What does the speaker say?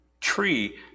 tree